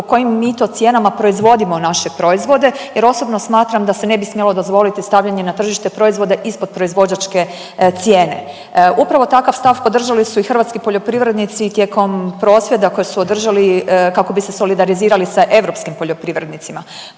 po kojim mi to cijenama proizvodimo naše proizvode jer osobno smatram da se ne bi smjelo dozvoliti stavljanje na tržište proizvoda ispod proizvođačke cijene. Upravo takav stav podržali su i hrvatski poljoprivrednici tijekom prosvjeda koji su održali kako bi se solidarizirali sa europskim poljoprivrednicima